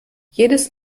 jedes